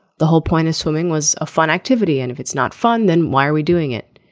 the whole point is swimming was a fun activity and if it's not fun then why are we doing it.